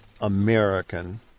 American